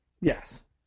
Yes